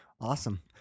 Awesome